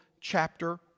chapter